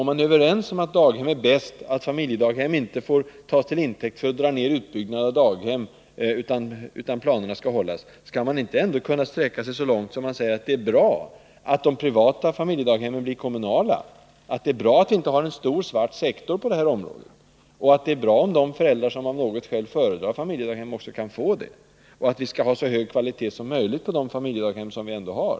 Om vi är överens om att förekomsten av familjedaghem inte får tas till intäkt för att dra ner utbyggnaden av barndaghemmen, dvs. om att de fastställda planerna skall följas, skall vi då inte kunna sträcka oss så långt att vi säger att det är bra att de privata familjedaghemmen blir kommunala, att det är bra att vi inte har en stor svart sektor på detta område, och att de föräldrar som av något skäl föredrar familjedaghem också kan få den lösningen och att vi skall ha en så hög kvalitet som möjligt på de familjedaghem som vi ändå har?